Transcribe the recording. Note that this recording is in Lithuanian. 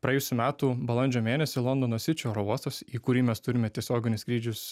praėjusių metų balandžio mėnesį londono sičio oro uostas į kurį mes turime tiesioginius skrydžius